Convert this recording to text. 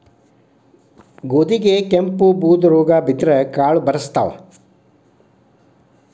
ಗೋಧಿಗೆ ಕೆಂಪು, ಬೂದು ರೋಗಾ ಬಿದ್ದ್ರ ಕಾಳು ಬರ್ಸತಾವ